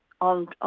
on